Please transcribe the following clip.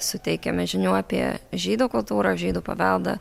suteikiame žinių apie žydų kultūrą žydų paveldą